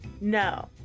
No